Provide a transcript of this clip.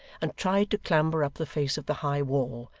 and tried to clamber up the face of the high wall,